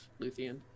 Luthien